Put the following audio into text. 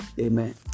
amen